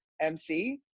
MC